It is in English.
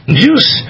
juice